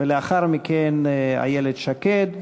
ולאחר מכן, איילת שקד.